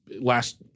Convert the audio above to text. last